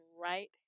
right